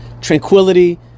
tranquility